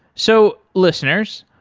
so, listeners,